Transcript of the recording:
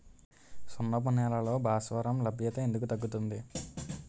సున్నపు నేలల్లో భాస్వరం లభ్యత ఎందుకు తగ్గుతుంది?